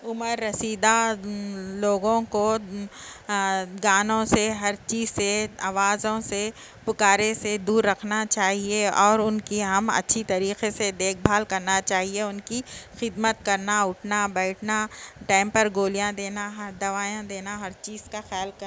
عمر رسیدہ لوگوں کو گانوں سے ہر چیز سے آوازوں سے پکارے سے دور رکھنا چاہیے اور ان کی ہم اچھی طریقے سے دیکھ بھال کرنا چاہیے ان کی خدمت کرنا اٹھنا بیٹھنا ٹیم پر گولیاں دینا ہر دوائیاں دینا ہر چیز کا خیال کر